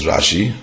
Rashi